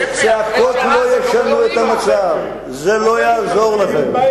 צעקות לא ישנו את המצב, זה לא יעזור לכם.